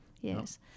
Yes